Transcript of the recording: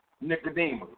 Nicodemus